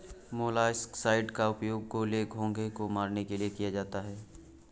molluscicides का उपयोग गोले, घोंघे को मारने के लिए किया जाता है